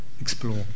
explore